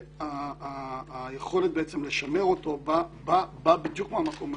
והיכולת לשמר אותו באה בדיוק מהמקום הזה.